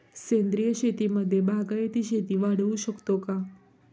सेंद्रिय शेतीमध्ये बागायती शेती वाढवू शकतो का?